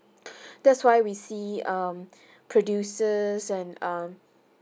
that's why we see um producers and um